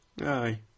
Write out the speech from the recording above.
Aye